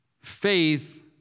faith